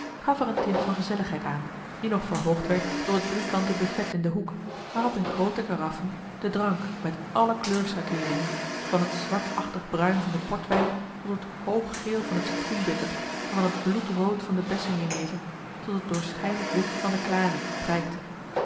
gaf er een tint van gezelligheid aan die nog verhoogd werd door het driekante buffet in den hoek waarop in groote karaffen de drank met alle kleurschakeeringen van het zwartachtig bruin van den portwijn tot het marcellus emants een drietal novellen hoog geel van het citroenbitter en van het bloedrood van de bessen jenever tot het doorschijnend wit van de klare